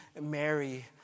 Mary